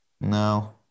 No